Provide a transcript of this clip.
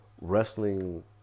wrestling